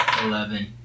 Eleven